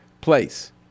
place